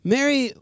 Mary